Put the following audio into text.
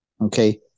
Okay